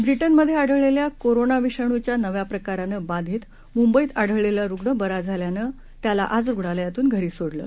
व्रिटनमधे आढळलेल्या कोरोना विषाणुच्या नव्या प्रकारनं बाधित मुंबईत आढळलेला रुग्ण बरा झाल्यानं त्याला आज रुग्णालयातून घरी सोडलं